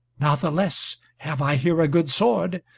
natheless have i here a good sword,